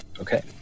Okay